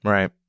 Right